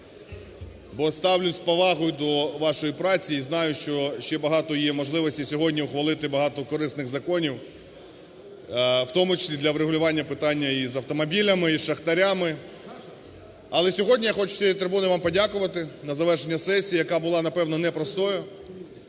бо ставлюся з повагою до вашої праці і знаю, що ще багато є можливостей сьогодні ухвалити багато корисних законів, в тому числі для врегулювання питання і з автомобілями, і з шахтарями. Але сьогодні я хочу з цієї трибуни вам подякувати на завершення сесії, яка була, напевно, непростою,